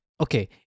okay